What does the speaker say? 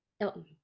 Elton